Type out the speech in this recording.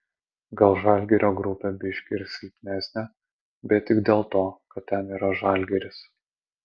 gal žalgirio grupė biški ir silpnesnė bet tik dėl to kad ten yra žalgiris